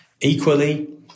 Equally